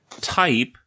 type